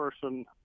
person